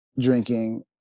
drinking